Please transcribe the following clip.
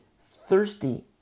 thirsty